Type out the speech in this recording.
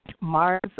Mars